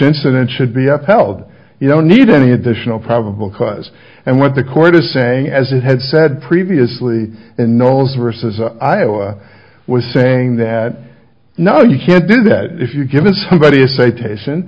incident should be upheld you don't need any additional probable cause and what the court is saying as it had said previously unknown is versus iowa was saying that no you can't do that if you give us somebody a citation